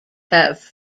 have